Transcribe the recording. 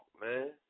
man